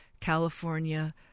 California